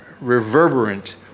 reverberant